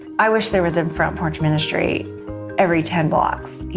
i wish there was a front-porch ministry every ten blocks,